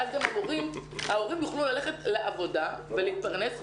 ואז גם ההורים יוכלו ללכת לעבודה ולהתפרנס,